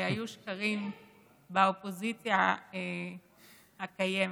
היו שקרים באופוזיציה הקיימת.